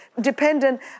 dependent